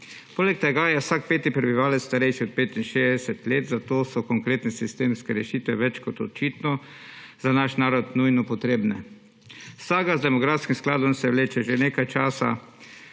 Poleg tega je vsak 5 prebivalec starejši od 65 let, zato so konkretne sistemske rešitve več kot očitno za naš narod nujno potrebne. Saga z demografskim skladom se vleče že nekaj časa.